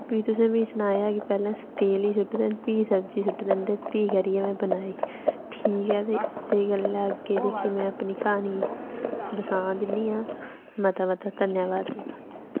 फ्ही तुसें मी सनाया कि पैह्लें तेल ई सु'टदे न फ्ही सब्जी सु'टदे न ते फ्ही करियै में बनाई ठीक ऐ ते इस्सै गल्लै अग्गें जेह्की में अपनी क्हानी बसांऽ दिन्नी आं मता मता धन्नवाद तुं'दा